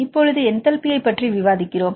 இப்பொழுது என்டல்பியைப் பற்றி விவாதிக்கிறோம்